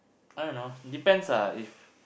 I don't know depends lah if